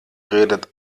redet